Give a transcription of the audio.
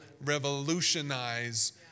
revolutionize